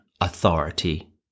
authority